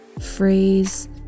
phrase